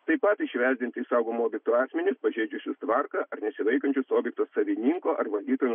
taip pat išvesdinti iš saugumo objekto asmenis pažeidusius tvarką ar nesilaikančius objekto savininko ar valdytojo